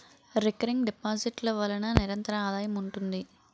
recurring deposit ల వలన నిరంతర ఆదాయం ఉంటుంది